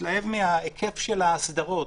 מתלהב מהיקף ההסדרות,